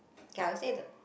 K I would say the